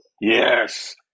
Yes